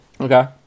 Okay